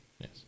Yes